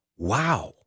Wow